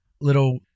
little